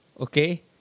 okay